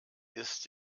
ist